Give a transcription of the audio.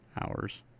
hours